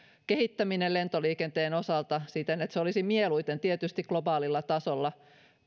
kehittäminen lentoliikenteen osalta siten että se olisi mieluiten tietysti globaalilla tasolla